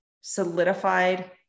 solidified